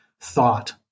thought